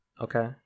Okay